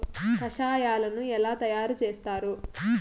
కషాయాలను ఎలా తయారు చేస్తారు?